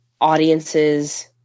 audiences